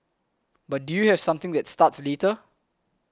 but do you have something that starts later